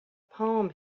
palm